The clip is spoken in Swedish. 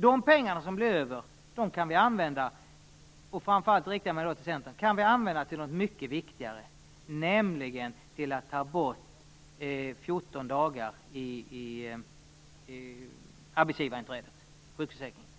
De pengar som blir över - jag riktar mig då framför allt till Centern - kan vi använda till något mycket viktigare, nämligen till att ta bort 14-dagarsperioden när det gäller arbetsgivarinträdet i sjukförsäkringen.